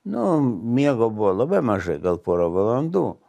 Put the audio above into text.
nu miego buvo labai mažai gal pora valandų